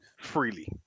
freely